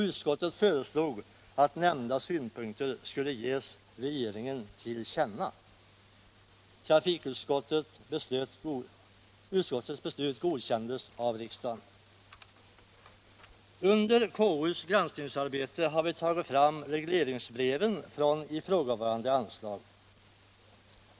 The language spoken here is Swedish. Utskottet föreslog att nämnda synpunkter Under konstitutionsutskottets granskningsarbete har vi tagit fram regleringsbreven från ifrågavarande anslag.